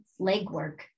legwork